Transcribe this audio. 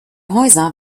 häuser